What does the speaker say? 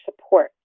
support